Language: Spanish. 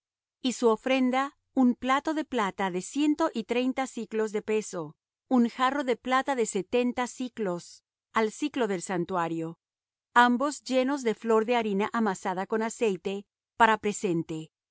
y su ofrenda un plato de plata de ciento y treinta siclos de peso un jarro de plata de setenta siclos al siclo del santuario ambos llenos de flor de harina amasada con aceite para presente